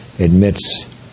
admits